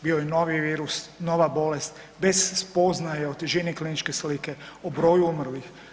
Bio je novi virus, nova bolest bez spoznaje o težini kliničke slike, o broju umrlih.